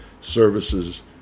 services